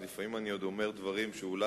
אז לפעמים אני עוד אומר דברים שאולי